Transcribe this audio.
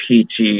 PT